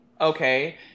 okay